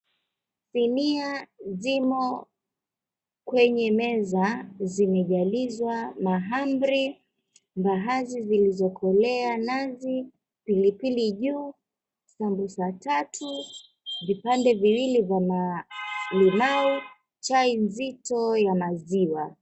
Sinia zimo kwenye meza zimejalizwa, mahamri, mbaazi zilizokolea, mnazi, pilipili juu, sambusa tatu, vipande viwili vya limau, chai nzito ya maziwa.